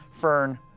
Fern